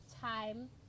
time